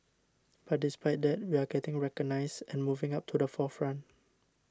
but despite that we are getting recognised and moving up to the forefront